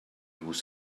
was